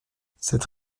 cette